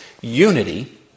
unity